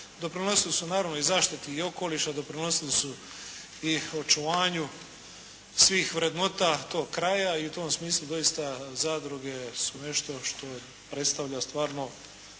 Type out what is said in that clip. doprinosile su naravno i zaštiti okoliša, doprinosile su i očuvanju svih vrednota tog kraja i u tom smislu doista zadruge su nešto što predstavlja stvarno